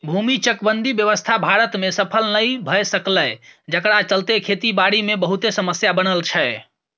भूमि चकबंदी व्यवस्था भारत में सफल नइ भए सकलै जकरा चलते खेती बारी मे बहुते समस्या बनल छै